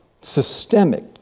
systemic